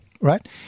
right